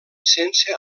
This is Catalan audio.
sense